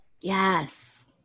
Yes